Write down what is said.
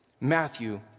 Matthew